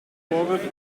vorwürfe